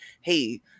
hey